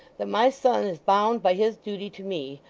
that my son is bound by his duty to me,